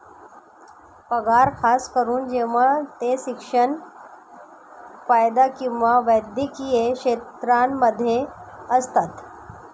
पगार खास करून जेव्हा ते शिक्षण, कायदा किंवा वैद्यकीय क्षेत्रांमध्ये असतात